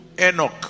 Enoch